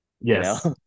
Yes